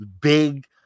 big